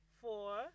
four